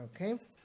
Okay